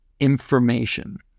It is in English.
information